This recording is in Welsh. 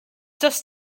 does